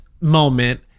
moment